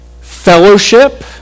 fellowship